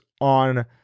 on